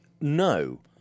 no